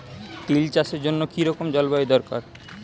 তিল চাষের জন্য কি রকম জলবায়ু দরকার?